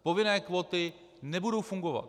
Povinné kvóty nebudou fungovat.